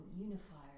unifier